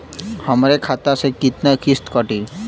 हमरे खाता से कितना किस्त कटी?